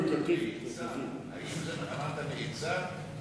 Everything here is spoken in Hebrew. האם אמרת נעצר?